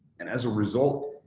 and as a result,